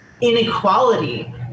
inequality